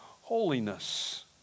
holiness